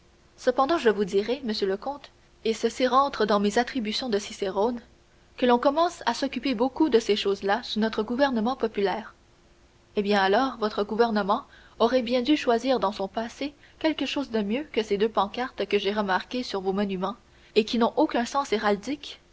cependant je vous dirai monsieur le comte et ceci rentre dans mes attributions de cicérone que l'on commence à s'occuper beaucoup de ces choses-là sous notre gouvernement populaire eh bien alors votre gouvernement aurait bien dû choisir dans son passé quelque chose de mieux que ces deux pancartes que j'ai remarquées sur vos monuments et qui n'ont aucun sens